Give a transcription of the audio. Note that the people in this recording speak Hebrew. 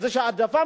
איזושהי העדפה.